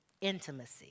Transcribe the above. intimacy